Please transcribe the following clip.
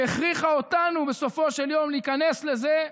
והכריחה אותנו בסופו של יום להיכנס לזה,